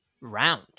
round